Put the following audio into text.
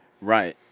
Right